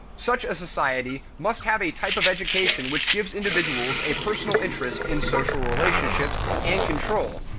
such a society must have a type of education which gives individuals a personal interest in social relationships and control,